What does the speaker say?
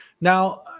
Now